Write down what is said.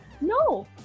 No